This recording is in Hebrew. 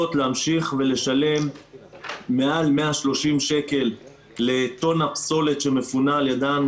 להמשיך ולשלם מעל 130 שקלים לטונה פסולת שמפונה על ידם?